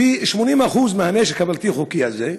80% מהנשק הבלתי-חוקי הזה,